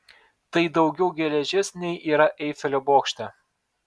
tai daugiau geležies nei yra eifelio bokšte